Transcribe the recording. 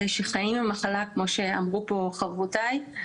אלו שחיים במחלה כמו שאמרו פה חברותיי,